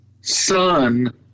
Son